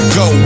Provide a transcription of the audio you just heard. go